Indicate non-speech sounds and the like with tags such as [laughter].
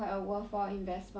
ya but [noise]